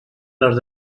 les